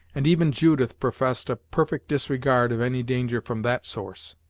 and even judith professed a perfect disregard of any danger from that source.